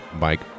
Mike